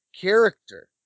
character